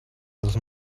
this